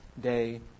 day